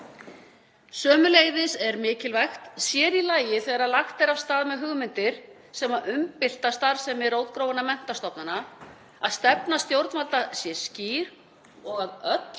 Sömuleiðis er mikilvægt, sér í lagi þegar lagt er af stað með hugmyndir sem umbylta starfsemi rótgróinna menntastofnana, að stefna stjórnvalda sé skýr og að öll